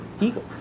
ego